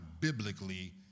biblically